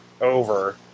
over